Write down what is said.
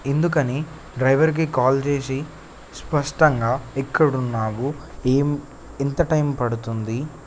ఎందుకని డ్రైవర్కి కాల్ చేసి స్పష్టంగా ఎక్కడ ఉన్నావు ఏం ఎంత టైం పడుతుంది